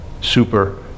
super